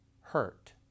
hurt